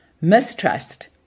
Mistrust